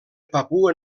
papua